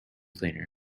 cleaner